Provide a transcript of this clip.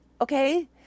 okay